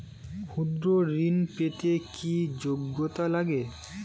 ক্ষুদ্র ঋণ পেতে কি যোগ্যতা লাগে?